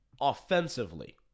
offensively